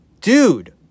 Dude